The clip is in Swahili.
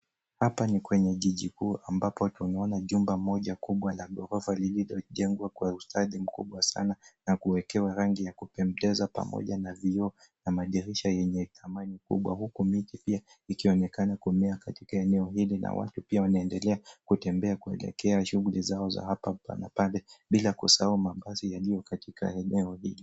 Hapa ni kwenye jiji kuu ambapo tunaona jumba moja kubwa la ghorofa lililojengwa kwa ustadi mkubwa sana na kuwekewa rangi ya kupendeza pamoja na vioo na madirisha yenye thamani kubwa, huku miti pia ikionekana kumea katika eneo hili na watu pia wanaendelea kutembea kuelekea shughuli zao za hapa na pale, bila kusahau mabasi yaliyo katika eneo hili.